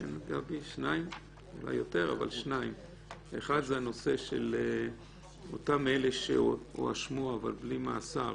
אחד זה אותם אלה שהואשמו אבל בלי מאסר